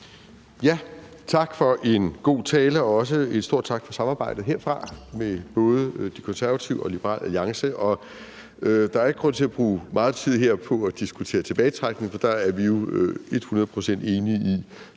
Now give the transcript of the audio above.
Tak for en god tale, og også en stor tak herfra for samarbejdet med både De Konservative og Liberal Alliance. Der er ikke grund til at bruge meget tid her på at diskutere tilbagetrækning, for der er vi jo et hundrede